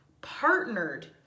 partnered